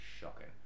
shocking